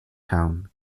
town